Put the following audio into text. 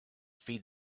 feed